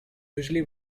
usually